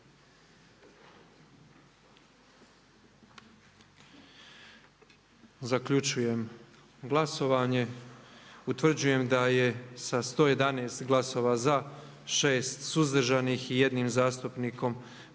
Zaključujem glasovanje. Utvrđujem da je sa 111 glasova za, 6 suzdržanih i 1 zastupnikom